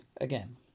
again